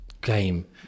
game